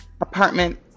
Apartment